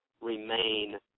remain